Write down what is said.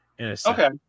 Okay